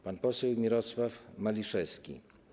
Pan poseł Mirosław Maliszewski.